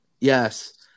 Yes